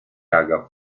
haga